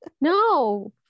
No